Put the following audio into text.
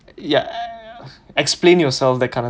ya explain yourself that kind of